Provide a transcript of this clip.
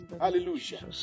hallelujah